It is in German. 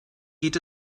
geht